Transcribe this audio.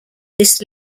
this